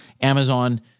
Amazon